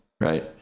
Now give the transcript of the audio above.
Right